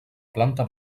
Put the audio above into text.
planta